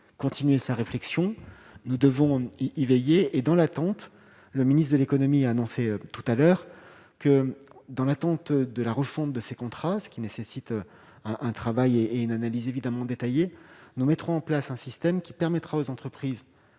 continuer sa réflexion, nous devons y veiller et dans l'attente, le ministre de l'Économie a annoncé tout à l'heure que dans l'attente de la refonte de ses contrats, ce qui nécessite un travail et et une analyse évidemment, nous mettrons en place un système qui permettra aux entreprises,